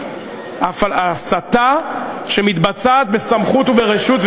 הסתה שמתבצעת בסמכות וברשות,